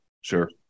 Sure